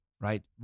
right